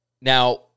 Now